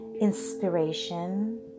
inspiration